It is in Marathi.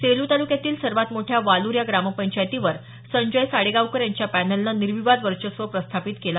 सेलू तालुक्यातील सर्वात मोठ्या वालूर या ग्रामपंचायतीवर संजय साडेगावकर यांच्या पॅनलने निर्विवाद वर्चस्व प्रस्थापित केलं